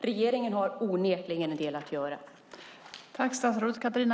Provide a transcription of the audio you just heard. Regeringen har onekligen en del att göra.